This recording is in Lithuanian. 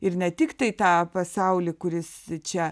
ir ne tiktai tą pasaulį kuris čia